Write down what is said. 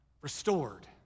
restored